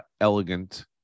elegant